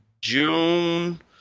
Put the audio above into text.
June